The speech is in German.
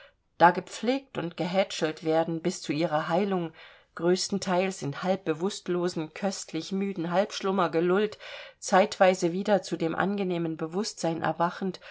da gepflegt und gehätschelt werden bis zu ihrer heilung größtenteils in halb bewußtlosen köstlich müden halbschlummer gelullt zeitweise wieder zu dem angenehmen bewußtsein erwachend